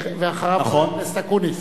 אחריו, חבר הכנסת אקוניס.